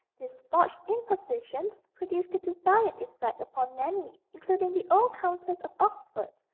these forged impositions produced the desired effect upon many, including the old countess of oxford,